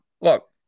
look